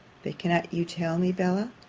but cannot you tell me, bella,